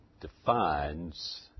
defines